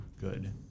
good